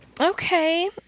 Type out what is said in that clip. Okay